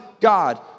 God